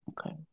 Okay